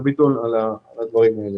שאשא ביטון, על הדברים האלה.